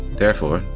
therefore,